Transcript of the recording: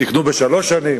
תיקנו בשלוש שנים.